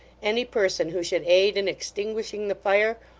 any person who should aid in extinguishing the fire,